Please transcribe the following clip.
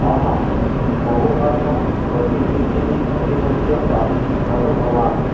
अहं बहुघर्म अतिवृष्टिः अतिशैत्यं वा अनुभवामि